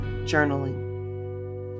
journaling